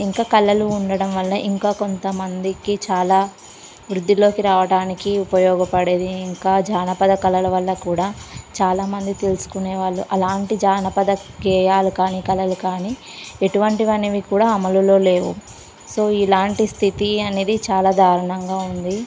ఇంకా కళలు ఉండడం వల్ల ఇంకా కొంతమందికి చాలా వృద్ధిలోకి రావడానికి ఉపయోగపడేది ఇంకా జానపద కళల వల్ల కూడా చాలామంది తెలుసుకునే వాళ్ళు అలాంటి జానపద గేయాలు కానీ కళలు కానీ ఎటువంటివి అనేవి కూడా అమలులో లేవు సో ఇలాంటి స్థితి అనేది చాలా దారుణంగా ఉంది